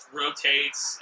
rotates